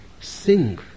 sing